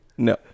No